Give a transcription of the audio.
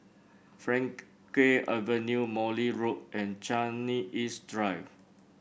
Frankel Avenue Morley Road and Changi East Drive